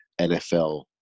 nfl